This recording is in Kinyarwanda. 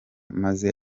maze